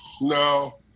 no